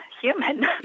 human